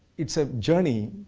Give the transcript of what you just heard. it's a journey,